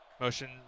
Motion